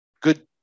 good